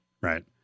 Right